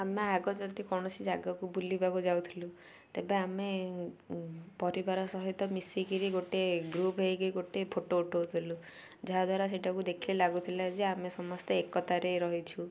ଆମେ ଆଗ ଯଦି କୌଣସି ଜାଗାକୁ ବୁଲିବାକୁ ଯାଉଥିଲୁ ତେବେ ଆମେ ପରିବାର ସହିତ ମିଶିକିରି ଗୋଟେ ଗ୍ରୁପ୍ ହେଇକିରି ଗୋଟେ ଫଟୋ ଉଠାଉଥିଲୁ ଯାହାଦ୍ୱାରା ସେଟାକୁ ଦେଖାଇ ଲାଗୁଥିଲା ଯେ ଆମେ ସମସ୍ତେ ଏକତାରେ ରହିଛୁ